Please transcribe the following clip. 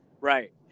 Right